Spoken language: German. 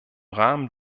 rahmen